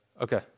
Okay